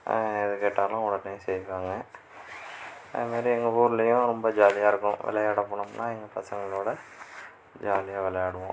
நான் எது கேட்டாலும் உடனே செய்வாங்க அது மாதிரி எங்கள் ஊர்லயும் ரொம்ப ஜாலியாகருக்கும் விளையாட போனோம்னால் எங்கள் பசங்களோடய ஜாலியாக விளையாடுவோம்